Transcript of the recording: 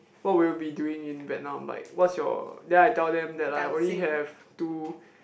what would you be doing in Vietnam like what's your then I tell them that I only have two